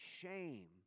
shame